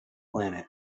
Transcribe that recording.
planet